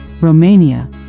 Romania